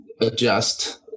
adjust